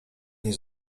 nie